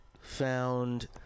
found